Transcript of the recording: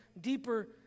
deeper